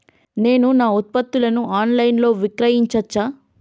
నేను నా ఉత్పత్తులను ఆన్ లైన్ లో విక్రయించచ్చా?